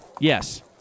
Yes